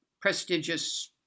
prestigious